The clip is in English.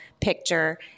picture